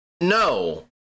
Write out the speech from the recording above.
No